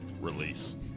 release